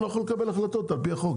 לא יכול לקבל החלטות על פי החוק.